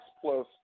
plus